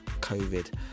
covid